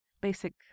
basic